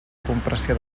compressió